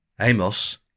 Amos